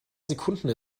sekunden